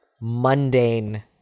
mundane